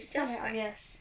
it's not obvious